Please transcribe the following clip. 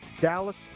Dallas